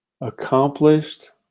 accomplished